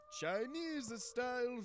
Chinese-style